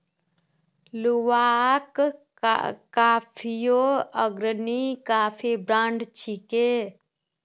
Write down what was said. Luwak कॉफियो अग्रणी coffee brand छिके